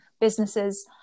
businesses